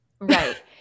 Right